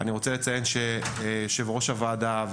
אני רוצה לציין שיושב ראש הוועדה,